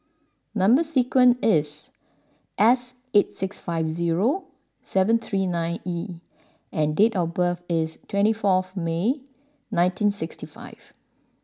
number sequence is S eight six five zero seven three nine E and date of birth is twenty forth May nineteen sixty five